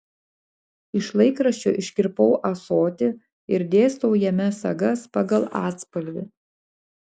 iš laikraščio iškirpau ąsotį ir dėstau jame sagas pagal atspalvį